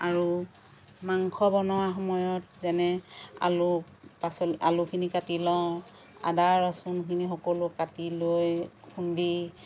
আৰু মাংস বনোৱা সময়ত যেনে আলু পাচলি আলুখিনি কাটি লওঁ আদা ৰচুনখিনি সকলো কাটি লৈ খুন্দি